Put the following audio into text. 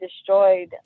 destroyed